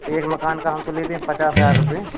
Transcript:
एक मकान का हम तो लेते हैं पचास हज़ार रुपये